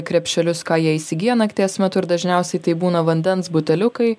krepšelius ką jie įsigyja nakties metu ir dažniausiai tai būna vandens buteliukai